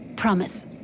Promise